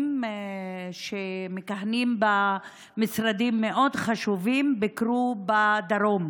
שמכהנים במשרדים מאוד חשובים ביקרו בדרום,